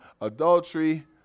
adultery